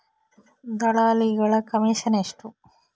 ದಲ್ಲಾಳಿಗಳ ಕಮಿಷನ್ ಎಷ್ಟು?